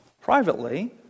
Privately